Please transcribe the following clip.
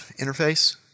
interface